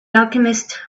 alchemist